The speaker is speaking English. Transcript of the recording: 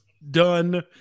done